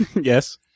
yes